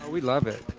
we love it.